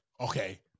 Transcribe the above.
okay